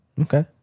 okay